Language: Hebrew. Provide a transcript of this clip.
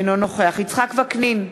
אינו נוכח יצחק וקנין,